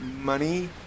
money